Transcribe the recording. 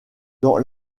dans